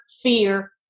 fear